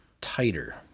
tighter